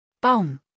Baum